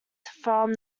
from